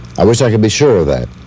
i wish i can be sure of that.